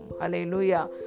Hallelujah